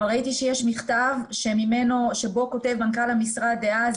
אבל ראיתי שיש מכתב שבו כותב מנכ"ל המשרד דאז,